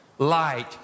Light